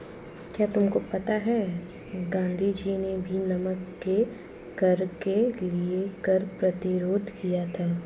क्या तुमको पता है गांधी जी ने भी नमक के कर के लिए कर प्रतिरोध किया था